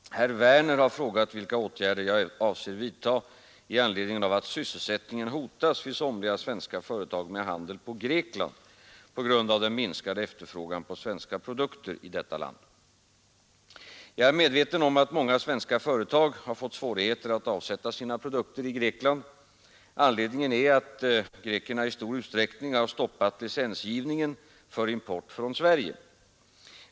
Fru talman! Herr Werner i Malmö har frågat vilka åtgärder jag avser vidtaga i anledning av att sysselsättningen hotas vid somliga svenska företag med handel på Grekland på grund av den minskade efterfrågan på svenska produkter i detta land. Jag är medveten om att många svenska företag har fått svårigheter att avsätta sina produkter i Grekland. Anledningen är att grekerna i stor utsträckning har stoppat licensgivningen för import från Sverige.